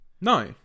no